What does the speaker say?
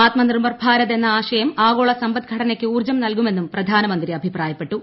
ആത്മനിർഭർ ഭാരത് എന്ന ആശയം ആഗോള സമ്പദ് ഘടനയ്ക്ക് ഊർജ്ജം നൽകുമെന്നും പ്രധാനമന്ത്രി അഭിപ്രായപ്പെട്ടു